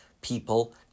people